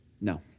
No